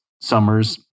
Summers